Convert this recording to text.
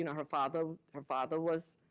you know, her father her father was